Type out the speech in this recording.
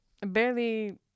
Barely